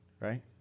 right